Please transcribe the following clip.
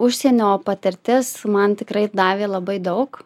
užsienio patirtis man tikrai davė labai daug